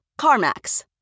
CarMax